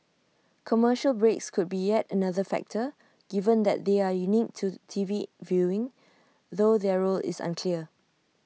commercial breaks could be yet another factor given that they are unique to T V viewing though their role is unclear